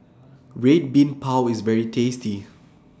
Red Bean Bao IS very tasty